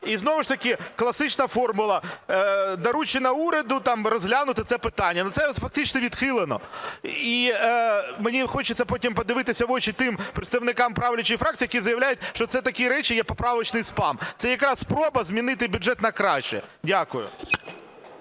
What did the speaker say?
І знову ж таки класична формула: доручено уряду там розглянути це питання. Ну це фактично відхилено. І мені хочеться потім подивитися в очі тим представникам правлячої фракції, які заявляють, що це такі речі є поправочний спам. Це якраз спроба змінити бюджет на краще. Дякую.